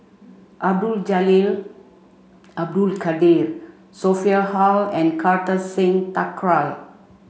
Abdul Jalil Abdul Kadir Sophia Hull and Kartar Singh Thakral